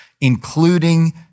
including